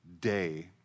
day